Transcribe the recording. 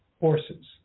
Horses